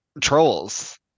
trolls